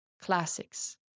Classics